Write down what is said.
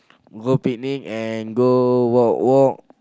go picnic and go walk walk